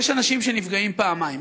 יש אנשים שנפגעים פעמיים,